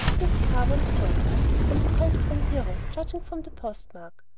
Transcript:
miss carr once more from the conquering hero, judging from the post-mark.